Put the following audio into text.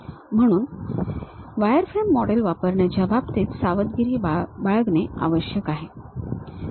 म्हणून wireframe models वापरण्याच्या बाबतीत सावधगिरी बाळगणे आवश्यक आहे